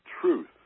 truth